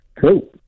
Cool